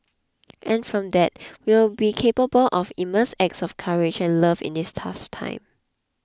and from that we will be capable of immense acts of courage and love in this tough time